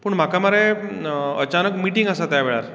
पूण म्हाका मरे अचानक मिटींग आसा त्या वेळार